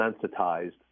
sensitized